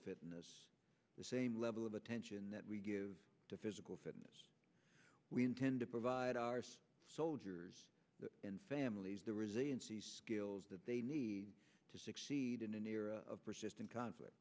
fitness the same level of attention that we give to physical fitness we intend to provide our soldiers and families the resiliency skills that they need to succeed in an era of persistent conflict